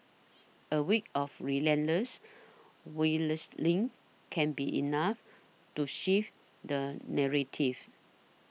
a week of relentless lane can be enough to shift the narrative